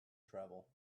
travel